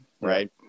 right